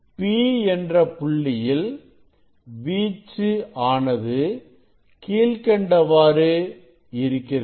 P என்ற புள்ளியில் வீச்சு ஆனது கீழ்க்கண்டவாறு இருக்கிறது